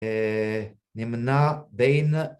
‫נמנה בין...